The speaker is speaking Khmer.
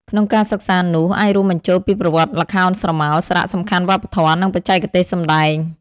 ក្នុងការសិក្សានោះ អាចរួមបញ្ចូលពីប្រវត្តិល្ខោនស្រមោល សារៈសំខាន់វប្បធម៌ និងបច្ចេកទេសសម្តែង។